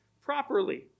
properly